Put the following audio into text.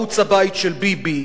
ערוץ הבית של ביבי,